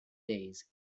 days